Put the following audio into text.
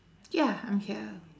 ya I'm here